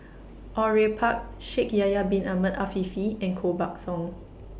Au Yue Pak Shaikh Yahya Bin Ahmed Afifi and Koh Buck Song